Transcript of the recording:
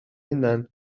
hunan